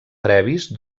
previs